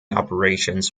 operations